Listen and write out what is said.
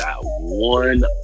one